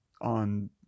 on